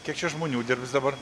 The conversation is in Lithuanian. kiek čia žmonių dirbs dabar